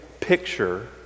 picture